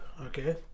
okay